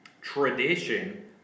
tradition